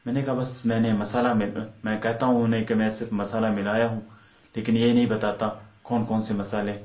میں نے کہا بس میں نے مصالحہ میں میں کہتا ہوں انہیں کہ میں صرف مصالحہ ملایا ہوں لیکن یہ نہیں بتاتا کون کون سے مصالح